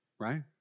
Right